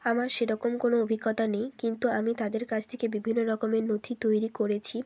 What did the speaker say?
আমার সেরকম কোনো অভিজ্ঞতা নেই কিন্তু আমি তাদের কাছ থেকে বিভিন্ন রকমের নথি তৈরি করেছি